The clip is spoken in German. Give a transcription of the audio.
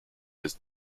bis